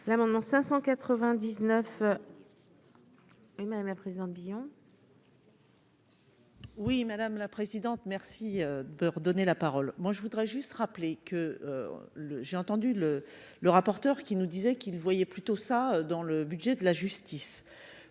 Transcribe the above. l'amendement 599 et même à présent Billon. Oui, madame la présidente, merci de redonner la parole, moi je voudrais juste rappeler que le j'ai entendu le le rapporteur qui nous disait qu'il voyait plutôt ça dans le budget de la justice,